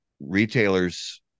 retailers